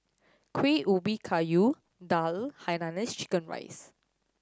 Kueh Ubi Kayu daal Hainanese chicken rice